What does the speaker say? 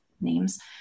names